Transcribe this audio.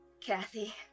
Kathy